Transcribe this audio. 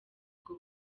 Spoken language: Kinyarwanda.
ubwo